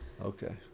Okay